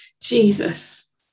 Jesus